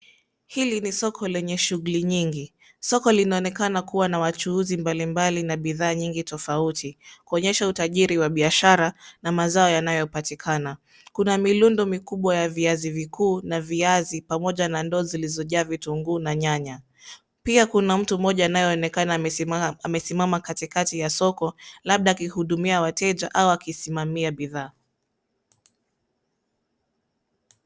Hili ni soko lenye shughuli nyingi. Soko linaonekana kuwa na wachuuzi mbalimbali na bidhaa nyingi tofauti kuonyesha utajiri wa biashara na mazao yanayopatikana. Kuna mirundo mikubwa ya viazi vikuu na viazi pamoja na ndoo zilizojaa vitunguu na nyanya. Pia kuna mtu mmoja anayeonekana amesimama katikati ya soko labda akihudumia wateja au akisimamia bidhaa.